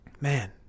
man